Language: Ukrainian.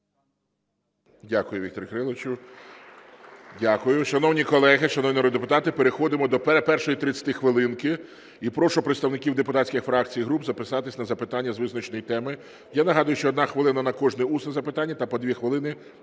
Дякую, Вікторе Кириловичу. Дякую. Шановні колеги, шановні народні депутати, переходимо до першої тридцятихвилинки, і прошу представників депутатських фракцій і груп записатися на запитання із визначеної теми. Я нагадую, що 1 хвилина на кожне усне запитання та по 2 хвилини